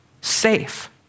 safe